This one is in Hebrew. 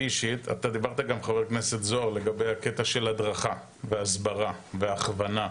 אתה דיברת גם חבר הכנסת זוהר בקטע של הדרכה והסברה והכוונה.